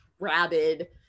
rabid